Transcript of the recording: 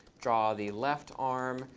draw the left arm,